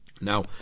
Now